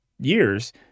years